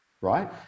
right